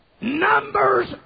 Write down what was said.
Numbers